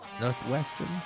Northwestern